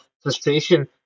frustration